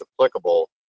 applicable